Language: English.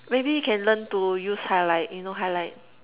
maybe can learn to use highlight you know highlight